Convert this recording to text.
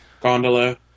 Gondola